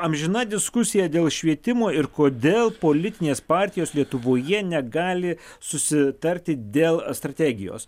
amžina diskusija dėl švietimo ir kodėl politinės partijos lietuvoje negali susitarti dėl strategijos